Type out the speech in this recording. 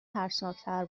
ترسناکتر